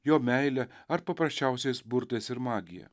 jo meile ar paprasčiausiais burtais ir magija